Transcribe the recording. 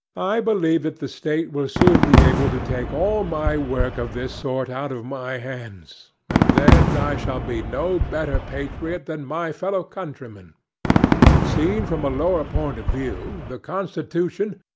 i believe that the state will soon be able to take all my work of this sort out of my hands, and then i shall be no better patriot than my fellow-countrymen. seen from a lower point of view, the constitution,